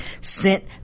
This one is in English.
sent